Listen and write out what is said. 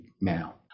now